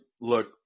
look